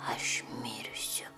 aš mirsiu